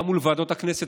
גם מול ועדות הכנסת,